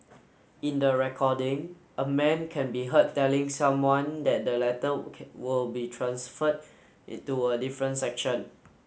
in the recording a man can be heard telling someone that the latter will be transferred to a different section